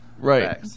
Right